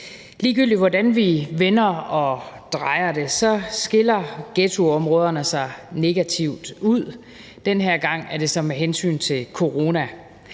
Ligegyldigt hvordan vi vender og drejer det, skiller ghettoområderne sig negativt ud, og den her gang er det så med hensyn til corona.